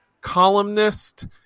columnist